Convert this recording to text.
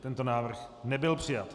Tento návrh nebyl přijat.